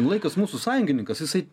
laikas mūsų sąjungininkas jisai